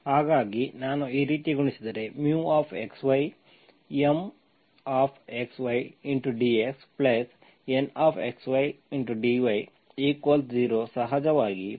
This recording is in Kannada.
ಹಾಗಾಗಿ ನಾನು ಈ ರೀತಿ ಗುಣಿಸಿದರೆ μx y MxydxNxydy0 ಸಹಜವಾಗಿ μx y≠0